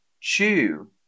chew